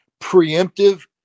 preemptive